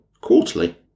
quarterly